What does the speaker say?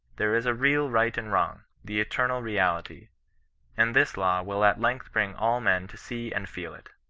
there is a real right and wrong, the eternal reality and this law will at length bring all men to see and feel it.